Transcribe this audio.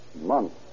months